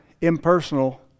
impersonal